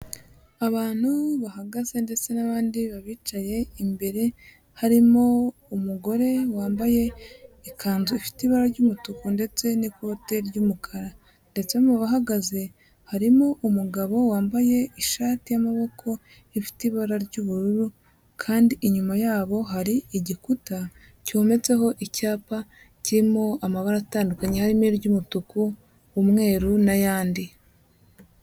Abantu bahagaze ndetse n'abandi babicaye imbere, harimo umugore wambaye ikanzu ifite ibara ry'umutuku ndetse n'ikote ry'umukara ndetse mu bahagaze harimo umugabo wambaye ishati y'amaboko ifite ibara ry'ubururu, kandi inyuma yabo hari igikuta cyometseho icyapa kirimo amabara atandukanye hari n'iry'umutuku, umweru n'ayandi.